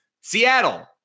Seattle